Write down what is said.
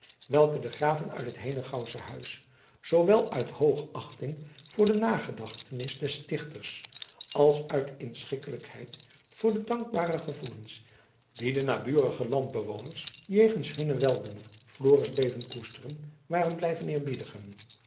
welken de graven uit het henegouwsche huis zoowel uit hoogachting voor de nagedachtenis des stichters als uit inschikkelijkheid voor de dankbare gevoelens die de naburige landbewoners jegens hunnen weldoener floris bleven koesteren waren blijven